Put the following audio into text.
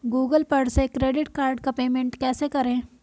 Google पर से credit card का पेमेंट कैसे करें?